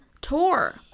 tour